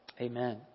Amen